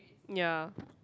ya